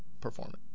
performance